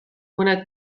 mõned